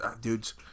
dudes